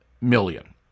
million